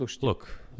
Look